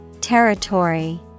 Territory